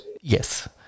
Yes